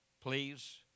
Please